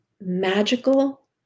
magical